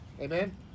amen